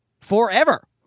forever